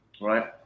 right